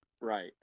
right